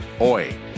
oi